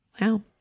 wow